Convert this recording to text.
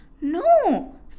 No